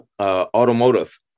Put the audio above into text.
automotive